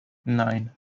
nine